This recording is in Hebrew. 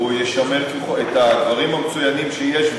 הוא ישמר את הדברים המצוינים שיש,